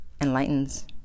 enlightens